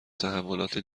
تحولات